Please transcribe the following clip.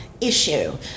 issue